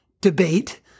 debate